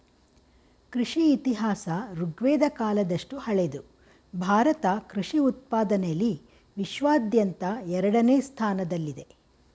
ಕೃಷಿ ಇತಿಹಾಸ ಋಗ್ವೇದ ಕಾಲದಷ್ಟು ಹಳೆದು ಭಾರತ ಕೃಷಿ ಉತ್ಪಾದನೆಲಿ ವಿಶ್ವಾದ್ಯಂತ ಎರಡನೇ ಸ್ಥಾನದಲ್ಲಿದೆ